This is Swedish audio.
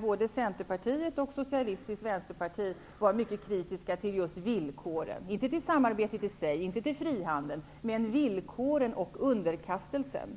Både Senterpartiet och Sosialistisk Venstreparti var mycket kritiska till just villkoren. De var således inte kritiska till samarbetet i sig eller till frihandeln, men de var kritiska till villkoren och underkastelsen.